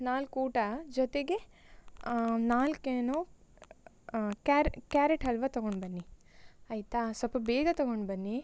ನಾಲ್ಕು ಊಟ ಜೊತೆಗೆ ನಾಲ್ಕು ಏನು ಕ್ಯಾರೆಟ್ ಹಲ್ವಾ ತಗೊಂಡು ಬನ್ನಿ ಆಯಿತಾ ಸ್ವಲ್ಪ ಬೇಗ ತಗೊಂಡು ಬನ್ನಿ